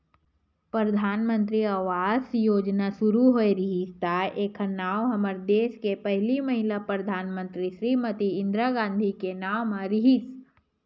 परधानमंतरी आवास योजना सुरू होए रिहिस त एखर नांव हमर देस के पहिली महिला परधानमंतरी श्रीमती इंदिरा गांधी के नांव म रिहिस